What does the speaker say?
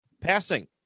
passing